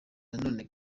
nanone